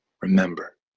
remember